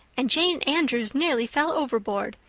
and jane andrews nearly fell overboard.